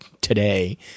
today